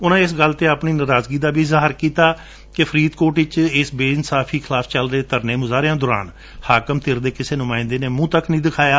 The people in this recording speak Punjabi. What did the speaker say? ਉਨਾਂ ਇਸ ਗੱਲ ਤੇ ਆਪਣੀ ਨਾਰਾਜਗੀ ਦਾ ਇਜਹਾਰ ਕੀਤਾ ਕਿ ਫਰੀਦਕੋਟ ਵਿੱਚ ਇਸ ਬੇਇੰਸਾਫੀ ਖਿਲਾਫ ਚੱਲ ਰਹੇਂ ਧਰਨੇ ਮੁਜਾਹਰਿਆਂ ਦੌਰਾਨ ਹਾਕਮ ਧਿਰ ਦੇ ਕਿਸੇ ਨੁਮਾਇੰਦੇ ਨੇ ਮੁੰਹ ਨਹੀ ਦਿਖਾਇਆ